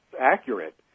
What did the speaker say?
accurate